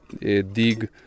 dig